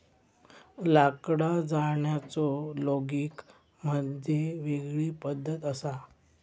लाकडा जाळण्याचो लोगिग मध्ये वेगळी पद्धत असा